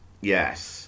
Yes